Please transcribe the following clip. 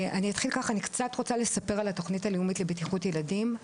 אני קצת רוצה לספר על התוכנית הלאומית לבטיחות ילדים,